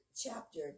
chapter